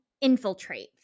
infiltrate